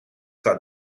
got